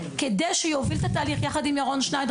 כדי שיוביל את התהליך ביחד עם ירון שניידר,